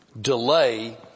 delay